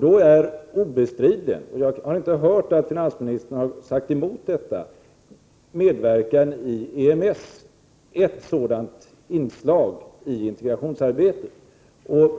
Då är obestridligen — och jag har inte hört finansministern förneka detta — medverkan i EMS ett sådant inslag i integrationsarbetet.